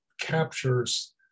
captures